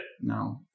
No